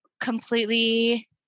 completely